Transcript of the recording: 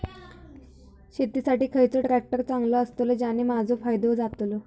शेती साठी खयचो ट्रॅक्टर चांगलो अस्तलो ज्याने माजो फायदो जातलो?